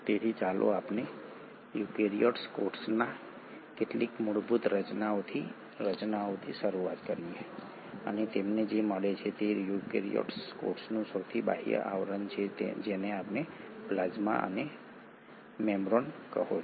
તેથી ચાલો આપણે યુકેરીયોટિક કોષની કેટલીક મૂળભૂત રચનાઓથી શરૂઆત કરીએ અને તમને જે મળે છે તે યુકેરીયોટિક કોષનું સૌથી બાહ્ય આવરણ છે જેને તમે પ્લાઝ્મા મેમ્બ્રેન કહો છો